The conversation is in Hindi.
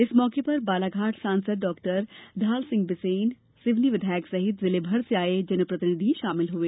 इस मौके पर बालाघाट सांसद डॉ ढाल सिंह बिसेन सिवनी विधायक सहित जिले भर से आये जनप्रतिनिधि शामिल हुए